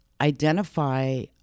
identify